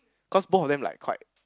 cause both of them like quite